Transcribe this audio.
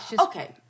Okay